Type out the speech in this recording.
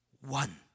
one